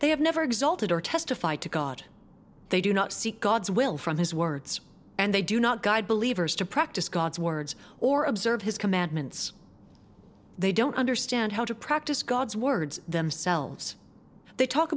they have never exulted or testify to god they do not seek god's will from his words and they do not guide believers to practice god's words or observe his commandments they don't understand how to practice god's words themselves they talk